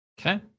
Okay